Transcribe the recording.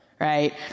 right